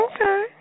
Okay